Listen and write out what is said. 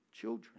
Children